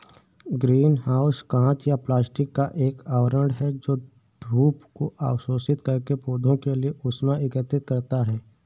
green house कांच या plastic का एक आवरण है जो धूप को अवशोषित करके पौधों के लिए ऊष्मा एकत्रित करता है